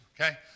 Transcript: Okay